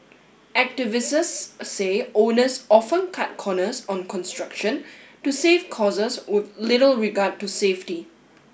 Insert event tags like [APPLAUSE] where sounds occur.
[UNINTELLIGIBLE] say owners often cut corners on construction to save costs with little regard to safety